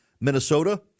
Minnesota